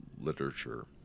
literature